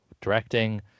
directing